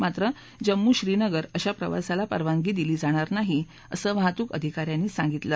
मात्र जम्मू श्रीनगर अशा प्रवासाला परवानगी दिली जाणार नाही असं वाहतूक अधिकाऱ्यांनी सांगितलं